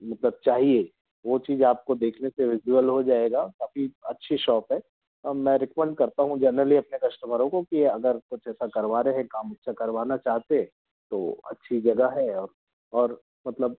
मतलब चाहिए वह चीज़ आपको देखने से उज्जवल हो जाएगा काफ़ी अच्छी शॉप है मैं रिकमंड करता हूँ जनरली अपने कश्टमरों को कि अगर कुछ ऐसा ऐसा करवा रहे हैं काम मुझ से करवाना चाहते हैं तो अच्छी जगह है और और मतलब